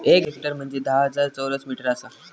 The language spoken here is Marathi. एक हेक्टर म्हंजे धा हजार चौरस मीटर आसा